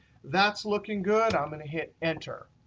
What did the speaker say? that's looking good. i'm going to hit enter.